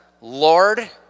Lord